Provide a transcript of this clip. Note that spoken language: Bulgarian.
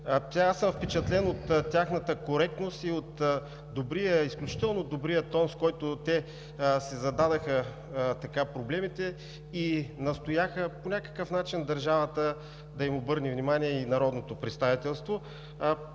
храни. Впечатлен съм от тяхната коректност и от изключително добрия тон, с който те си зададоха проблемите и настояха по някакъв начин държавата и народното представителство